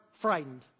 frightened